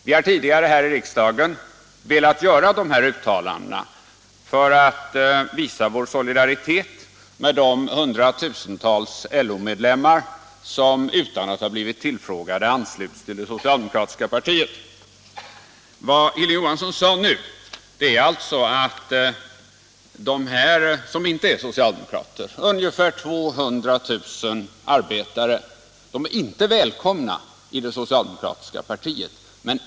Vi har tidigare här i riksdagen velat göra dessa uttalanden för att visa vår solidaritet med de hundratusentals LO-medlemmar som utan att ha blivit tillfrågade har anslutits till det socialdemokratiska partiet. Vad Hilding Johansson sade nu är alltså att de som inte är socialdemokrater, ungefär 200 000 arbetare, inte är välkomna i det socialdemokratiska partiet.